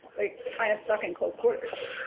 like kind of stuck in close quarters.